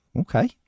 Okay